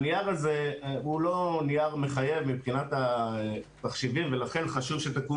הנייר הזה הוא לא נייר מחייב מבחינת התחשיבים ולכן חשוב שתקום